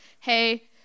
hey